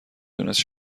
دونست